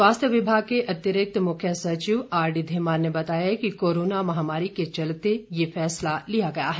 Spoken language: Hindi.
स्वास्थ्य विभाग के अतिरिक्त मुख्य सचिव आर डी धीमान ने बताया कि कोरोना महामारी के चलते ये फैसला लिया गया है